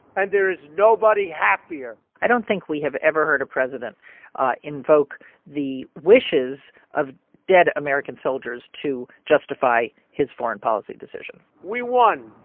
and there is nobody happier i don't think we have ever heard a president invoke the wishes of dead american soldiers to justify his foreign policy decision we won.